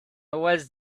was